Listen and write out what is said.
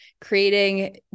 creating